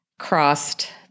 crossed